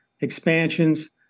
expansions